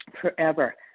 forever